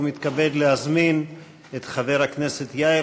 אני מתכבד להזמין את חבר הכנסת יאיר